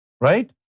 right